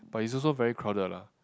but is also very crowded lah